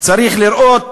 צריך לראות